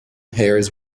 hair